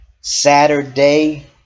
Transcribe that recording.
Saturday